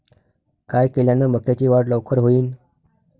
काय केल्यान मक्याची वाढ लवकर होईन?